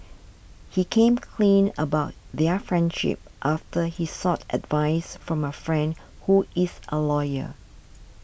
he came clean about their friendship after he sought advice from a friend who is a lawyer